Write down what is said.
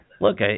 Look